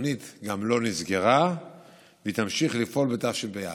והתוכנית גם לא נסגרה והיא תמשיך לפעול בתשפ"א.